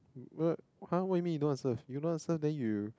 wha~ !huh! what you mean you don't want serve you don't want serve then you